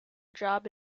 job